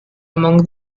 among